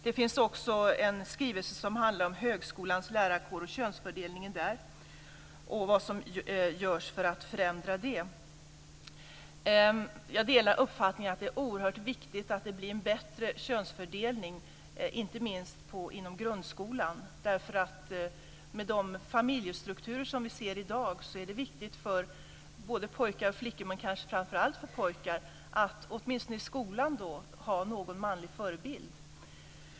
Det finns också en skrivelse som handlar om högskolans lärarkår och könsfördelningen där och vad som görs för att förändra den. Jag delar uppfattningen att det är oerhört viktigt att det blir en bättre könsfördelning, inte minst inom grundskolan. Med de familjestrukturer som vi ser i dag är det viktigt för både pojkar och flickor, men kanske framför allt pojkar, att åtminstone i skolan ha någon manlig förebild.